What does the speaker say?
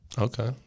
Okay